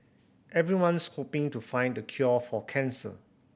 everyone's hoping to find the cure for cancer